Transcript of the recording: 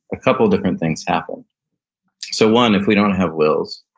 a couple different things happen so one, if we don't have wills,